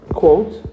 quote